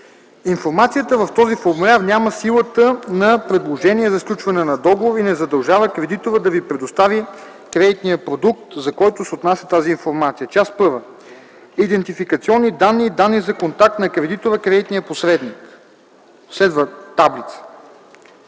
Информацията в този формуляр няма силата на предложение за сключване на договор и не задължава кредитора да ви предостави кредитния продукт, за който се отнася тази информация. «Част І. Идентификационни данни и данни за контакт на кредитора/кредитния посредник:” Следват таблици,